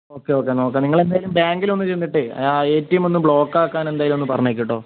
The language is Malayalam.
ഓക്കേ ഓക്കേ നോക്കാം നിങ്ങളെന്തായലും ബാങ്കിലൊന്ന് ചെന്നിട്ട് ആ എ ടി എമോന്ന് ബ്ലോക്കാക്കാനെന്തായാലൊന്ന് പറഞ്ഞേക്ക് കേട്ടോ